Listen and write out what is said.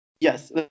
Yes